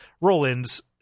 Roland's